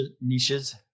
niches